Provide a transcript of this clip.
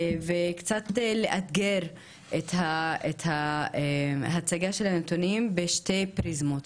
קצת לאתגר את ההצגה של הנתונים בשתי פריזמות: